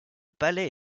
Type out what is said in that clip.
palais